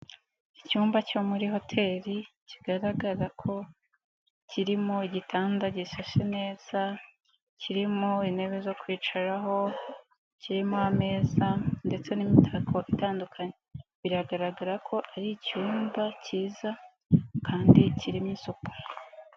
Icyumba cyo muri hoteli, kigaragara ko kirimo igitanda gishashe neza, kirimo intebe zo kwicaraho, kirimo ameza ndetse n'imitako itandukanye. Biragaragara ko ari icyumba cyiza kandi kirimo isuku.